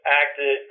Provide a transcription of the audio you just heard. acted